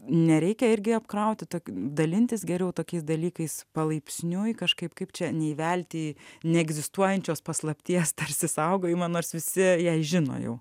nereikia irgi apkrauti tokiu dalintis geriau tokiais dalykais palaipsniui kažkaip kaip čia neįvelt į neegzistuojančios paslapties tarsi saugojimą nors visi ją žino jau